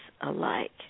alike